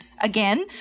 again